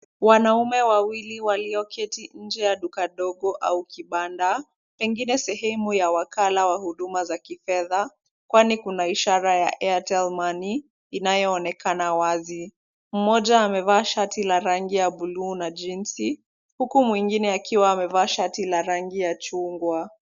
Wanaume wawili walioketi nje ya duka ndogo au kibanda pengine sehemu ya wakala wa huduma za kifedha kwani kuna ishara ya Airtel money inayoonekana wazi. Mmoja amevaa shati la rangi ya blue na jeans huku mwingine akiwa amevaa shati la rangi ya chungwa.